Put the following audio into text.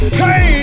hey